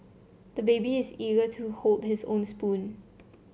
the baby is eager to hold his own spoon